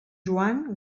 joan